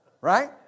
Right